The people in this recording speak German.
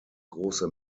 große